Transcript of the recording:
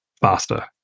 faster